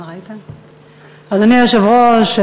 אדוני היושב-ראש,